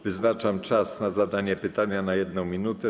Wyznaczam czas na zadanie pytania - 1 minuta.